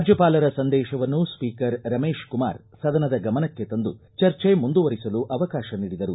ರಾಜ್ಯಪಾಲರ ಸಂದೇಶವನ್ನು ಸ್ಪೀಕರ್ ರಮೇಶ್ ಕುಮಾರ್ ಸದನದ ಗಮನಕ್ಕೆ ತಂದು ಚರ್ಚಿ ಮುಂದುವರಿಸಲು ಅವಕಾಶ ನೀಡಿದರು